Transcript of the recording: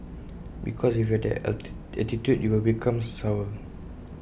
because if you have that attitude you will become sour